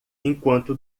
enquanto